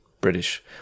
British